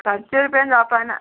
सातशें रुपयान जावपा ना